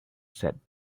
sat